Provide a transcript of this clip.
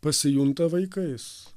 pasijunta vaikais